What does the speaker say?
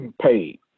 paid